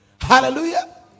Hallelujah